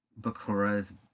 Bakura's